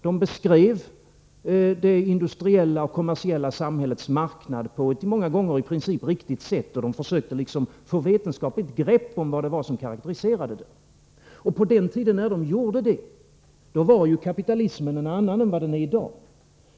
De beskrev det industriella och kommersiella samhällets marknad på ett många gånger i princip riktigt sätt, och de försökte få ett vetenskapligt grepp om vad som karakteriserade den. På den tiden när de gjorde det var kapitalismen en annan än vad den är i dag.